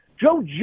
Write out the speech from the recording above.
Joe